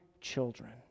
children